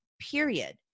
period